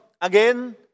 again